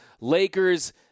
Lakers